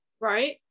Right